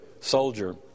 soldier